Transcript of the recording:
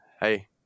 hey